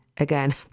again